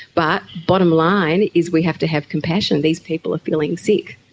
but bottom line is we have to have compassion. these people are feeling sick.